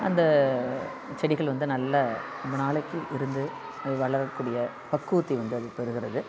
அந்தச் செடிகள் வந்து நல்ல ரொம்ப நாளைக்கு இருந்து வளரக்கூடிய பக்குவத்தை வந்து அது பெறுகிறது